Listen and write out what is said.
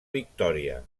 victòria